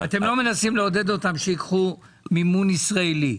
אתם לא מנסים לעודד אותם שייקחו מימון ישראלי.